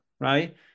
right